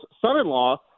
son-in-law